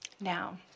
Now